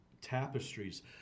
tapestries